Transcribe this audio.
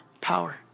power